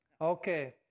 okay